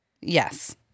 Yes